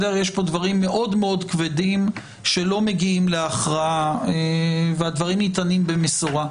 יש פה דברים מאוד-מאוד כבדים שלא מגיעים להכרעה והדברים ניתנים במשורה.